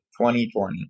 2020